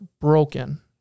broken